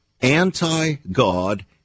anti-God